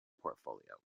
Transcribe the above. portfolio